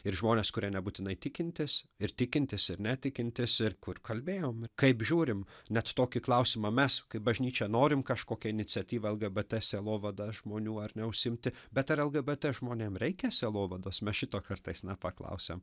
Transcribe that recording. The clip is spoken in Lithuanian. ir žmonės kurie nebūtinai tikintys ir tikintys ir netikintys ir kur kalbėjom kaip žiūrim net tokį klausimą mes kaip bažnyčia norime kažkokią iniciatyvą lgbt sielovadą žmonių ar ne užsiimti bet ar lgbt žmonėm reikia sielovados be šito kartais nepaklausiam